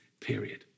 period